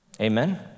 Amen